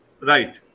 Right